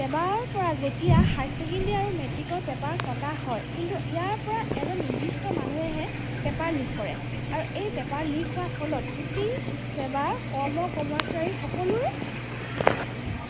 ছেবাৰ পৰা যেতিয়া হায়াৰ ছেকেণ্ডেৰী আৰু মেট্ৰিকৰ পেপাৰ কটা হয় কিন্তু ইয়াৰ পৰা এজন নিৰ্দিষ্ট মানুহেহে পেপাৰ লিক কৰে আৰু এই পেপাৰ লিক হোৱা ফলত গোটেই ছেবাৰ কৰ্ম কৰ্মচাৰী সকলোৱে